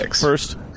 first